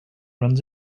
runs